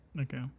Okay